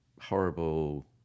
horrible